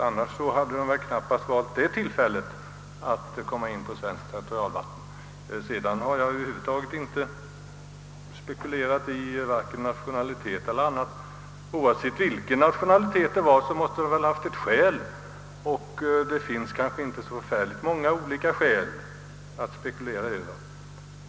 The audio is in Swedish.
Annars hade de knappast valt detta tillfälle att bege sig in på svenskt territorialvatten. I övrigt har jag över huvud taget inte spekulerat i vare sig nationalitet eller annat. Oavsett vilken nationalitet ubåtarna hade måste de väl ha haft ett skäl, och det finns kanske inte så särdeles många olika sådana att tänka på.